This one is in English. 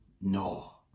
No